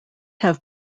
have